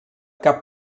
cap